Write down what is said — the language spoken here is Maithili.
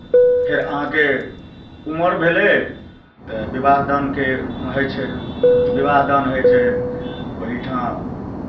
फेर अहाँके उमर भेलै तऽ विवाह दानके होइ छै तऽ विवाह दान होइ छै ओही ठाँ